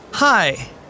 Hi